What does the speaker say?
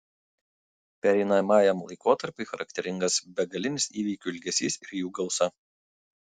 pereinamajam laikotarpiui charakteringas begalinis įvykių ilgesys ir jų gausa